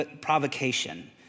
provocation